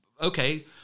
Okay